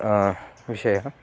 विषयः